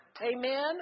Amen